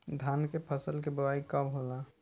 धान के फ़सल के बोआई कब होला?